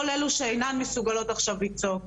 כל אלו שאינן מסוגלות עכשיו לצעוק.